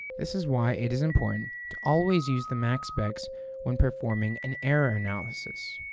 this is why it is important to always use the max specs when performing an error analysis.